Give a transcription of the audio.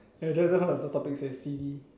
I just love how the topic says silly